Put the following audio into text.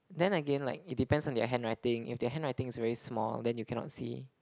then again like it depends on their handwriting if their handwriting is very small then you cannot see